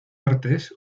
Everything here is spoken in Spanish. artes